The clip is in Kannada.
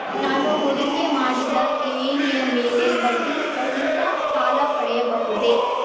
ನಾನು ಹೂಡಿಕೆ ಮಾಡಿದ ಠೇವಣಿಯ ಮೇಲೆ ಬಡ್ಡಿ ರಹಿತ ಸಾಲ ಪಡೆಯಬಹುದೇ?